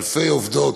אלפי עובדות,